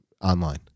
online